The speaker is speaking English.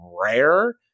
rare